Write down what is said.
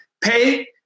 pay